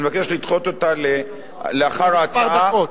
אני מבקש לדחות אותה לאחר ההצעה, לכמה דקות.